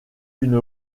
une